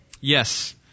yes